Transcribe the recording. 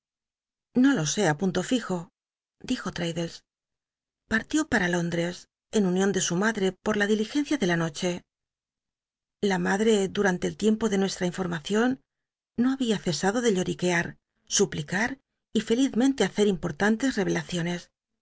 no lo sé ú ptullo lijo dijo l'taclclles partió pata lóndres en un ion de su madl'e pol la diligencia de la noche la madre dumntc el tiempo de nuestl'a informacion no babia cesado de lloriquear suplicar y felizmente hacer im portantes revelaciones